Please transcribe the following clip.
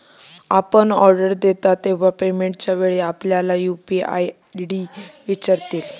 आपण ऑर्डर देता तेव्हा पेमेंटच्या वेळी आपल्याला यू.पी.आय आय.डी विचारतील